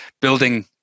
building